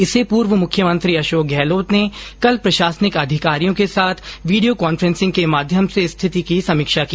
इससे पूर्व मुख्यमंत्री अशोक गहलोत ने कल प्रशासनिक अधिकारियों के साथ वीडियो कांफ्रेसिंग के माध्यम से स्थिति की समीक्षा की